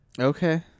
Okay